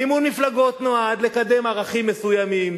מימון מפלגות נועד לקדם ערכים מסוימים,